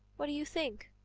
what do you think?